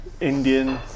Indian